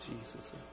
Jesus